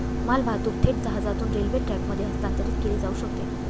मालवाहतूक थेट जहाजातून रेल्वे ट्रकमध्ये हस्तांतरित केली जाऊ शकते